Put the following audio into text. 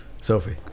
Sophie